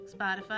Spotify